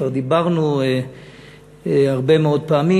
כבר דיברנו הרבה מאוד פעמים.